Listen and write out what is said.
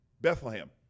Bethlehem